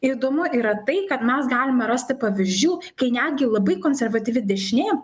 įdomu yra tai kad mes galime rasti pavyzdžių kai netgi labai konservatyvi dešinė